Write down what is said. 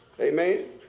Amen